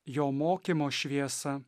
jo mokymo šviesą